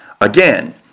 Again